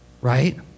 right